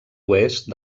oest